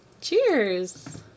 Cheers